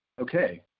okay